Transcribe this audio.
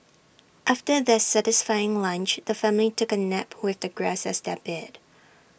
after their satisfying lunch the family took A nap with the grass as their bed